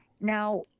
Now